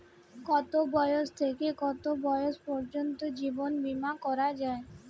কতো বয়স থেকে কত বয়স পর্যন্ত জীবন বিমা করা যায়?